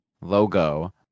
logo